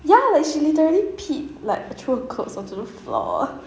ya like she literally peed like through her clothes onto the floor